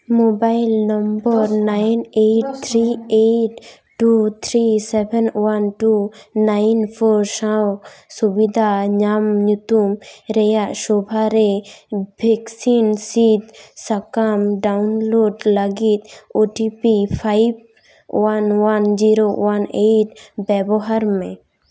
mobile number nine eight three eight two three seven one two nine four ᱥᱟᱶ ᱥᱩᱵᱤᱫᱷᱟ ᱧᱟᱢ ᱧᱩᱛᱩᱢ ᱨᱮᱭᱟᱜ ᱥᱚᱵᱷᱟᱨᱮ ᱵᱷᱮᱠᱥᱤᱱ ᱥᱤᱫᱽ ᱥᱟᱠᱟᱢ ᱰᱟᱣᱩᱱᱞᱳᱰ ᱞᱟ ᱜᱤᱫ O T P five one one zero one eight ᱵᱮᱵᱚᱦᱟᱨ ᱢᱮ